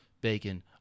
bacon